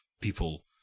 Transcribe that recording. people